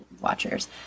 watchers